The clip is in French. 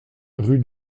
rue